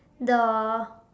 the